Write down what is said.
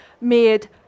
made